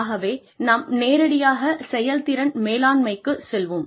ஆகவேநாம்நேரடியாகச்செயல்திறன்மேலாண்மை க்குசெல்வோம்